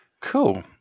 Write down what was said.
Cool